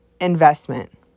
investment